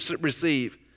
receive